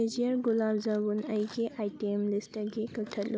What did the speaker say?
ꯗꯤꯖꯤꯌꯥꯔ ꯒꯨꯂꯥꯞ ꯖꯥꯃꯨꯟ ꯑꯩꯒꯤ ꯑꯥꯏꯇꯦꯝ ꯂꯤꯁꯇꯒꯤ ꯀꯛꯊꯠꯂꯨ